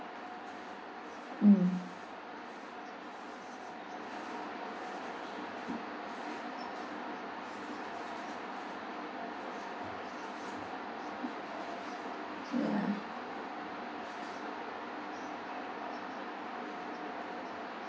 mm